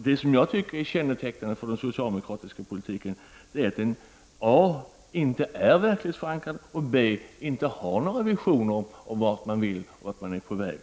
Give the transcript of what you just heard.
Det som jag anser vara kännetecknande för den socialdemokratiska politiken är för det första att den inte är verklighetsförankrad och för det andra att socialdemokraterna inte har några visioner om vart man är på väg.